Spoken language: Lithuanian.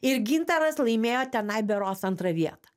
ir gintaras laimėjo tenai berods antrą vietą